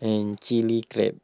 and Chili Crab